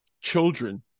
children